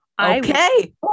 Okay